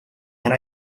and